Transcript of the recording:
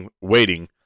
waiting